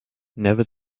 never